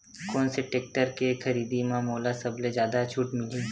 कोन से टेक्टर के खरीदी म मोला सबले जादा छुट मिलही?